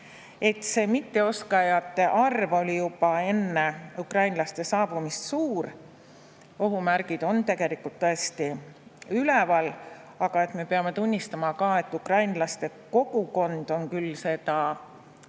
See mitteoskajate arv oli juba enne ukrainlaste saabumist suur. Ohumärgid on tegelikult tõesti üleval, aga me peame tunnistama, et ukrainlaste kogukond on küll seda